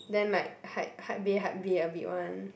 then like hype hype bae hype bae a bit [one]